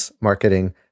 Marketing